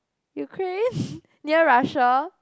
Ukraine near Russia